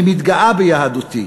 אני מתגאה ביהדותי